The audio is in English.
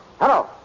Hello